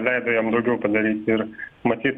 leido jam daugiau padaryti ir matyt